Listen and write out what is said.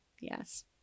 Yes